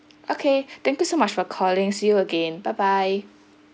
okay thank you so much for calling see you again bye bye